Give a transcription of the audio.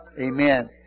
Amen